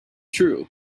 true